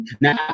Now